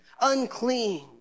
unclean